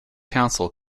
council